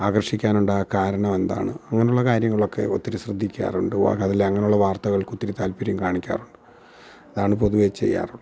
ആകർഷിക്കാനുണ്ടായ കാരണം എന്താണ് അങ്ങനുള്ള കാര്യങ്ങളൊക്കെ ഒത്തിരി ശ്രദ്ധിക്കാറുണ്ട് അങ്ങനുള്ള വാർത്തകൾകൊത്തിരി താല്പര്യം കാണിക്കാറുണ്ട് അതാണ് പൊതുവെ ചെയ്യാറുള്ളത്